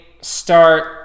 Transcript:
start